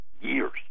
years